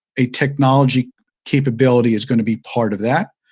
a technology capability is going to be part of that,